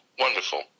wonderful